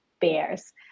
bears